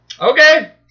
Okay